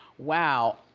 wow,